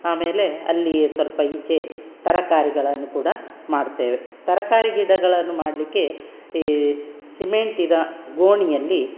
ಆಮೇಲೆ ಅಲ್ಲಿಯೇ ಸ್ವಲ್ಪ ಈಚೆ ತರಕಾರಿಗಳನ್ನು ಕೂಡ ಮಾಡುತ್ತೇವೆ ತರಕಾರಿ ಗಿಡಗಳನ್ನು ಮಾಡಲಿಕ್ಕೆ ಈ ಸಿಮೆಂಟಿನ ಗೋಣಿಯಲ್ಲಿ